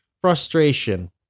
frustration